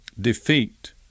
defeat